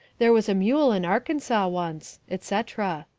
there was a mule in arkansas once, etc.